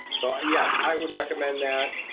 so ah yes, i would recommend that.